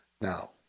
Now